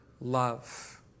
love